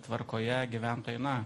tvarkoje gyventojai na